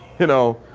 you know,